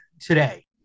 today